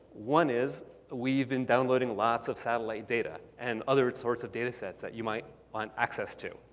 one is we've been downloading lots of satellite data and other sorts of data sets that you might want access to.